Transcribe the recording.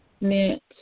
meant